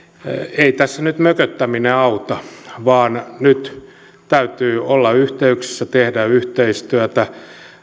ei tässä nyt mököttäminen auta vaan nyt täytyy olla yhteyksissä tehdä yhteistyötä